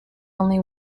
only